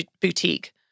Boutique